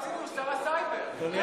אדוני